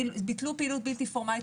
ביטלו פעילות בלתי פורמלית.